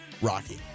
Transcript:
Rocky